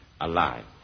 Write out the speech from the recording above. alive